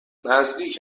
نزدیک